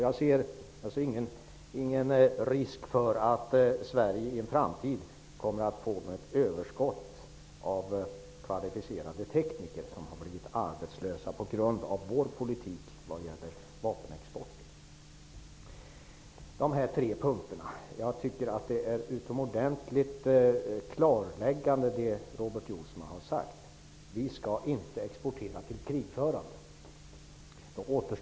Jag ser ingen risk för att Sverige i en framtid kommer att få överskott av kvalificerade tekniker som har blivit arbetslösa på grund av vår politik vad gäller vapenexport. Jag återkommer till de tre punkterna. Jag tycker att det som Robert Jousma har sagt är utomordentligt klarläggande. Vi skall inte exportera till krigförande länder.